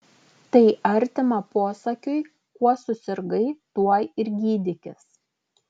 tai artima posakiui kuo susirgai tuo ir gydykis